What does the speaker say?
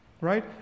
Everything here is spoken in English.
right